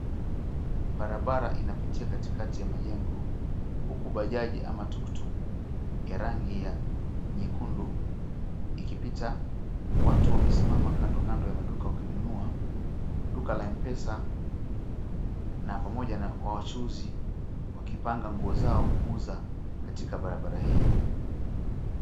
Barabara inapita katikati ya majengo huku Bajaji ama tuktuk ya rangi ya nyekundu ikipita. Watu wamesimama kandokando ya maduka wakinunua. Duka la Mpesa na pamoja na kwa wachuuzi wakipanga nguo zao kuuza katika barabara hii.